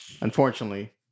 unfortunately